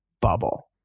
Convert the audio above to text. bubble